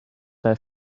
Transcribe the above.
their